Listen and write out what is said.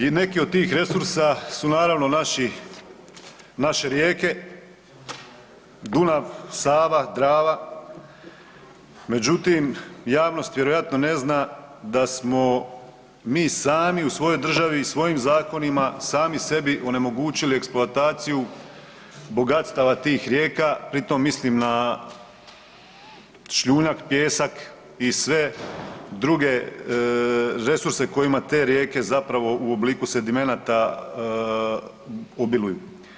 I neki od tih resursa su naravno naši, naše rijeke Dunav, Sava, Drava, međutim javnost vjerojatno ne zna da smo mi sami u svojoj državi i svojim zakonima sami sebi onemogućili eksploataciju bogatstava tih rijeka pri tom mislim na šljunak, pijesak i sve druge resurse koje te rijeke zapravo u obliku sedimenata obiluju.